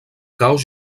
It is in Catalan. caos